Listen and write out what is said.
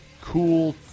cool